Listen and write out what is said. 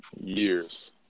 years